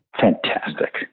Fantastic